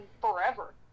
forever